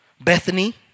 Bethany